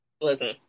Listen